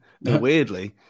Weirdly